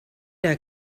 der